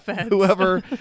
whoever